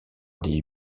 des